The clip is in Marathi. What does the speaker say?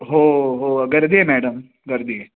हो हो गर्दी आहे मॅडम गर्दी आहे